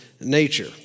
nature